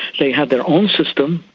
they had their own system,